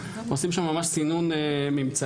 הם עושים שם ממש סינון ממצאים.